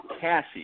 Cassie